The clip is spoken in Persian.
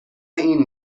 این